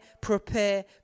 prepare